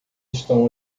estão